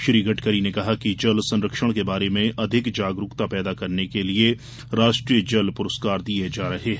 श्री गडकरी ने कहा कि जल संरक्षण के बारे में अधिक जागरूकता पैदा करने के लिए राष्ट्रीय जल पुरस्कार दिए जा रहे हैं